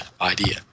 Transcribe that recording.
idea